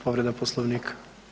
Povreda Poslovnika.